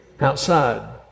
outside